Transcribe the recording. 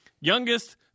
Youngest